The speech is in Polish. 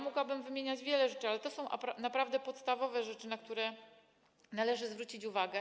Mogłabym wymieniać wiele rzeczy, ale to są naprawdę podstawowe rzeczy, na które należy zwrócić uwagę.